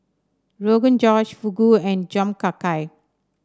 Rogan Josh Fugu and Jom Kha Gai